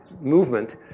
movement